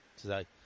today